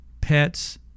pets